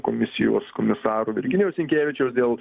komisijos komisaro virginijaus sinkevičiaus dėl